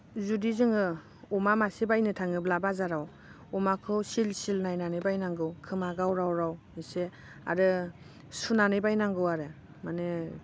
जुदि जोङो अमा मासे बायनो थाङोब्ला बाजाराव अमाखौ सिल सिल नायनानै बायनांगौ खोमा गावराव राव एसे आरो सुनानै बायनांगौ आरो मानि